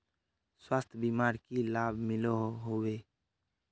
स्वास्थ्य बीमार की की लाभ मिलोहो होबे?